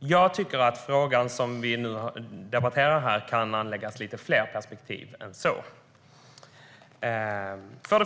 Jag tycker att frågan som vi nu debatterar här kan anläggas lite fler perspektiv än så.